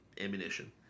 ammunition